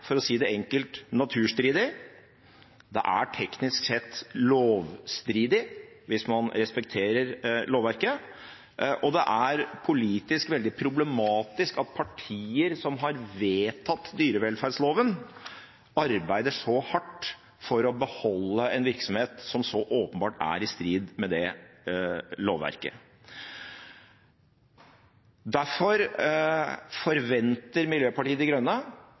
for å si det enkelt – naturstridig. Det er teknisk sett lovstridig, hvis man respekterer lovverket, og det er politisk veldig problematisk at partier som har vedtatt dyrevelferdsloven, arbeider så hardt for å beholde en virksomhet som så åpenbart er i strid med det lovverket. Derfor forventer Miljøpartiet De Grønne